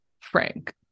Frank